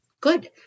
good